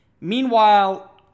Meanwhile